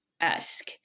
esque